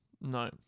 No